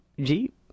Jeep